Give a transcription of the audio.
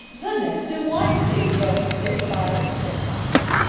goodness, who wants to, you old spitfire? said thomas.